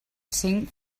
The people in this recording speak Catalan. cinc